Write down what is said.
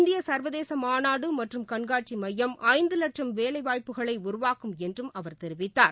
இந்திய சர்வதேச மாநாடு மற்றும் கண்காட்சி மையம் ஐந்து லட்சும் வேலைவாய்ப்புகளை உருவாக்கும் என்றும் அவர் தெரிவித்தார்